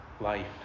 life